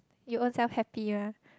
you ownself happy ah